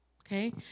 Okay